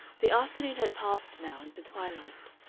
the afternoon had passed now into twilight.